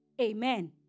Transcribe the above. Amen